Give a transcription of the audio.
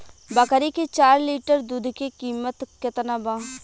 बकरी के चार लीटर दुध के किमत केतना बा?